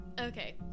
Okay